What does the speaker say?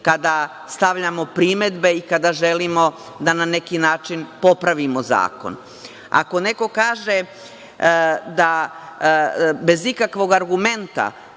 kada stavljamo primedbe i kada želimo da na neki način popravimo zakon. Ako neko kaže da bez ikakvog argumenta,